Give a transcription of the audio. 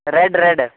red red